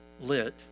lit